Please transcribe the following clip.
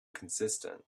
consistent